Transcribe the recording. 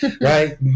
right